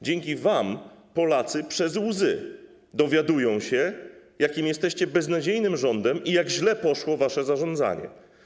Dzięki wam Polacy przez łzy dowiadują się, jakim jesteście beznadziejnym rządem i jak źle poszło wasze zarządzanie.